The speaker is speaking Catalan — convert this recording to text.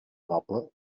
noble